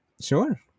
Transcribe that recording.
Sure